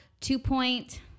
two-point